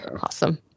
Awesome